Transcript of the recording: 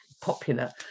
Popular